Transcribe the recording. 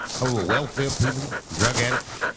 ah welfare people, drug addicts?